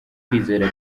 kwizera